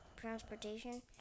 transportation